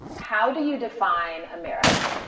how do you define america?